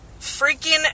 freaking